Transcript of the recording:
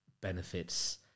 benefits